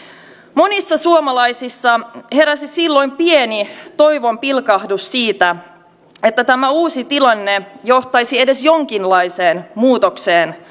monissa suomalaisissa heräsi silloin pieni toivonpilkahdus siitä että tämä uusi tilanne johtaisi edes jonkinlaiseen muutokseen